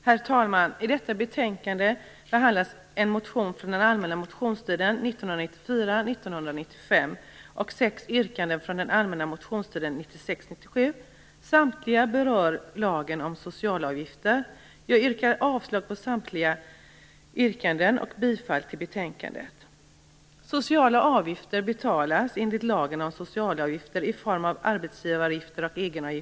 Herr talman! I detta betänkande behandlas en motion från den allmänna motionstiden 1994 97. Samtliga berör lagen om sociala avgifter. Jag yrkar avslag på samtliga reservationer och bifall till hemställan i betänkandet.